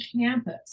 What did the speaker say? campus